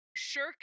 shirk